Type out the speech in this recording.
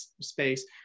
space